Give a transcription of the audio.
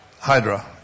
Hydra